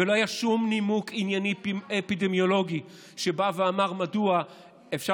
ולא היה שום נימוק ענייני אפידמיולוגי שבא ואמר מדוע אפשר